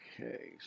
Okay